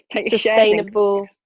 sustainable